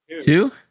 Two